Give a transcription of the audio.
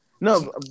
no